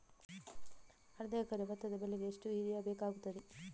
ಅರ್ಧ ಎಕರೆ ಭತ್ತ ಬೆಳೆಗೆ ಎಷ್ಟು ಯೂರಿಯಾ ಬೇಕಾಗುತ್ತದೆ?